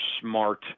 smart